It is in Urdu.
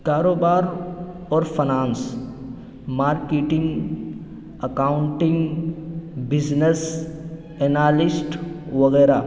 کاروبار اور finance marketing accounting business analyst وغیرہ